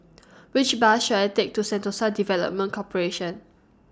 Which Bus should I Take to Sentosa Development Corporation